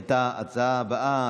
את ההצעה הבאה.